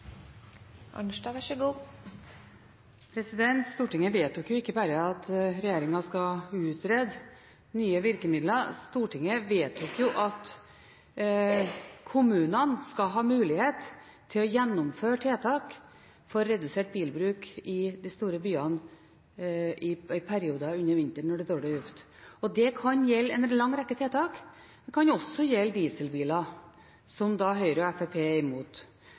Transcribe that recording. Stortinget vedtok ikke bare at regjeringen skal utrede nye virkemidler; Stortinget vedtok at kommunene skal ha mulighet til å gjennomføre tiltak for redusert bilbruk i de store byene i perioder om vinteren når det er dårlig luft, og dette kan gjelde en lang rekke tiltak – det kan også gjelde dieselbiler, som da Høyre og Fremskrittspartiet er imot.